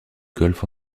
golfe